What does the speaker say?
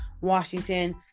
Washington